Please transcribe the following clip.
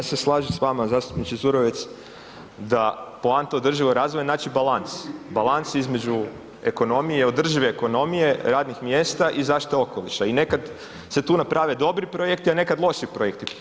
Ja se slažem s vama zastupniče Zurovec da poanta održivog razvoja znači balans, balans između ekonomije i održive ekonomije radnih mjesta i zaštite okoliša i nekad se tu naprave dobri projekti, a nekad loši projekti.